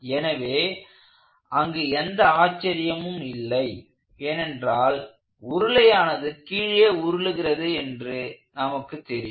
எனவே அங்கு எந்த ஆச்சரியமும் இல்லை ஏனென்றால் உருளையானது கீழே உருளுகிறது என்று நமக்கு தெரியும்